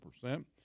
percent